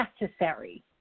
necessary